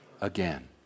again